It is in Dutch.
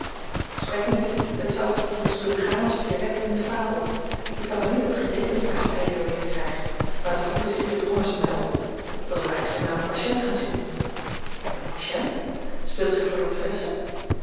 volstrekt niet het zou ons kunnen gaan als pierrette in de fabel ik had er niet op gerekend versche eieren mee te krijgen maar de goede zielen drongen ze mij op ik was er eigenlijk naar een patiënt gaan zien een patiënt speelt gij voor